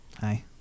Hi